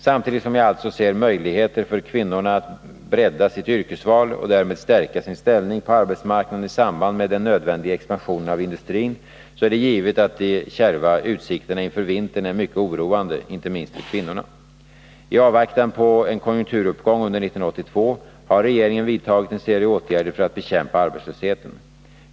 Samtidigt som jag alltså ser möjligheter för kvinnorna att bredda sitt yrkesval och därmed stärka sin ställning på arbetsmarknaden i samband med den nödvändiga expansionen av industrin så är det givet att de kärva utsikterna inför vintern är mycket oroande, inte minst för kvinnorna. Tavvaktan på en konjunkturuppgång under 1982 har regeringen vidtagit en serie åtgärder för att bekämpa arbetslösheten.